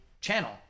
channel